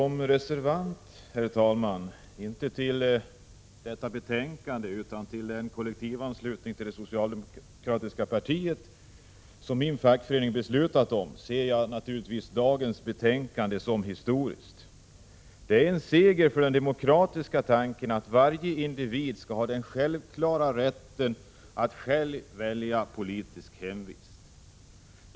Herr talman! Som reservant, inte till detta betänkande utan till den kollektivanslutning till det socialdemokratiska partiet, som min fackförening beslutat om, ser jag dagens betänkande som historiskt. Det är en seger för den demokratiska tanken att varje individ skall ha den självklara rätten att själv välja politiskt hemvist.